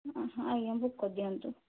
ହଁ ହଁ ଆଜ୍ଞା ବୁକ୍ କରି ଦିଅନ୍ତୁ